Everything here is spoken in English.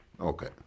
Okay